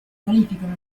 qualificano